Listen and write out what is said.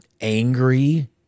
angry